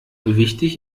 wichtig